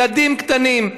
ילדים קטנים,